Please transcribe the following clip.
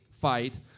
fight